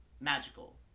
magical